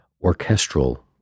orchestral